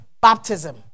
baptism